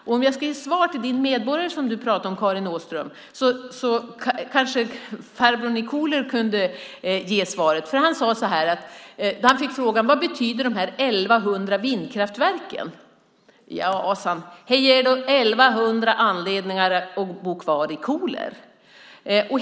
Farbrorn i Koler kanske kan svara medborgaren som du pratade om, Karin Åström. Han svarade så här på frågan om vad de 1 100 vindkraftverken betyder: De ger 1 100 anledningar att bo kvar i Koler.